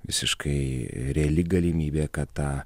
visiškai reali galimybė kad ta